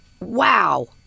Wow